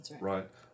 right